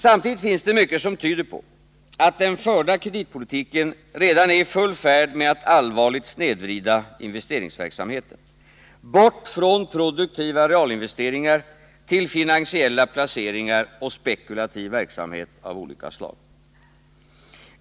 Samtidigt finns det mycket som tyder på att den förda kreditpolitiken redan är i full färd med att allvarligt snedvrida investeringsverksamheten — bort från produktiva realinvesteringar och över till finansiella placeringar och spekulativ verksamhet av olika slag.